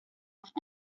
más